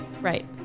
Right